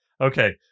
Okay